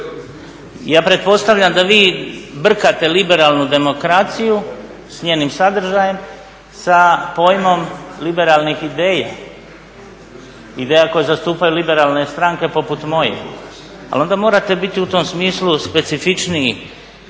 Ja pretpostavljam da vi brkate liberalnu demokraciju s njenim sadržajem sa pojmom liberalnih ideja, ideja koje zastupaju liberalne stranke poput moje, ali onda morate biti u tom smislu specifičniji,